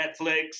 Netflix